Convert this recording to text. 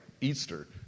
Easter